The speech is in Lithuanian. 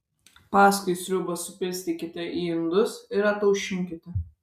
paskui sriubą supilstykite į indus ir ataušinkite